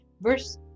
verse